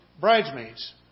bridesmaids